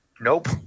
Nope